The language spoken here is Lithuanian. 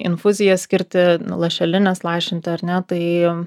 infuziją skirti nu lašelines lašinti ar ne tai